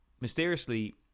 mysteriously